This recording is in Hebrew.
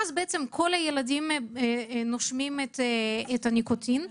בעצם כל הילדים נושמים את הניקוטין,